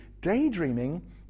daydreaming